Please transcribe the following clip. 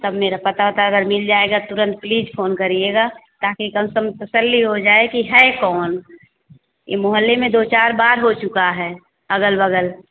sir मेरा पता वता अगर मिल जाएगा तुरंत प्लीज फोन करिएगा ताकि कम से कम तस्सली हो जाए कि है कौन ये मोहल्ले में दो चार बार हो चुका है अगल बगल